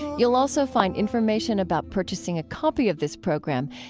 you'll also find information about purchasing a copy of this program,